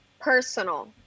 personal